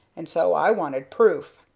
and so i wanted proof.